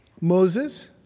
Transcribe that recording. Moses